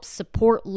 support